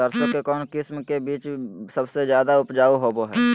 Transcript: सरसों के कौन किस्म के बीच सबसे ज्यादा उपजाऊ होबो हय?